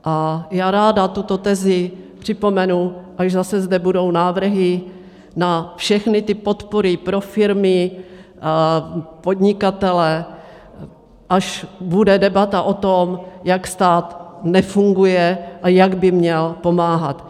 A já ráda tuto tezi připomenu, až zase zde budou návrhy na všechny ty podpory pro firmy, podnikatele, až bude debata o tom, jak stát nefunguje a jak by měl pomáhat.